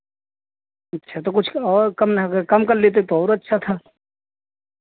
अच्छा तो कुछ और कम ना अगर कम कर लेते तो और अच्छा था